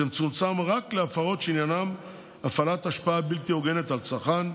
תצומצם רק להפרות שעניינן הפעלת השפעה בלתי הוגנת על צרכן,